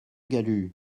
galut